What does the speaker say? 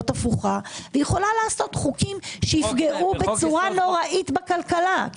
הפוכה - יכולה לעשות חוקים שיפגעו בצורה נוראית בכלכלה.